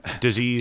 disease